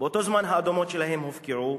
באותו זמן האדמות שלהם הופקעו,